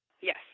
Yes